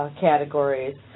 categories